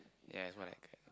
ya it's mic